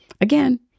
Again